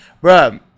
bro